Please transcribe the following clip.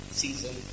season